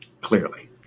Clearly